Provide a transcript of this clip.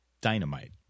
Dynamite